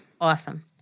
awesome